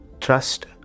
trust